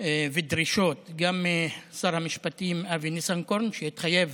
ובדרישות גם משר המשפטים אבי ניסנקורן, שהתחייב